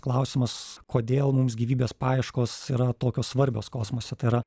klausimas kodėl mums gyvybės paieškos yra tokios svarbios kosmose tai yra